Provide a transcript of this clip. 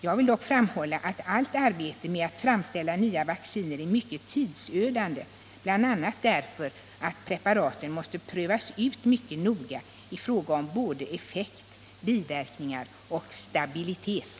Jag vill dock framhålla att allt arbete med att framställa nya vacciner är mycket tidsödande, bl.a. därför att preparaten måste prövas ut mycket noga i fråga om både effekt, biverkningar och stabilitet.